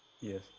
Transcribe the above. Yes